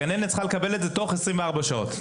הגננת צריכה לקבל את זה תוך 24 שעות.